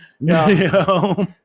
No